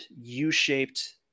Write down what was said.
U-shaped